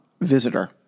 Visitor